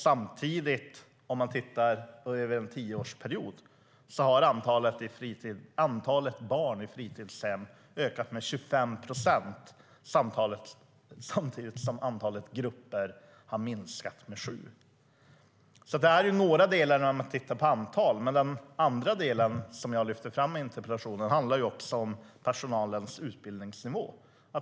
Samtidigt ser man om man tittar över en tioårsperiod att antalet barn i fritidshem har ökat med 25 procent samtidigt som antalet grupper har minskat med 7 procent. Denna del handlade om antal, men den andra del som jag lyfter fram i interpellationen handlar om personalens utbildningsnivå.